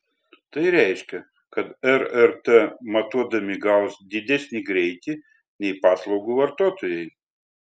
tai reiškia kad rrt matuodami gaus didesnį greitį nei paslaugų vartotojai